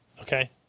Okay